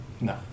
No